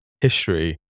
history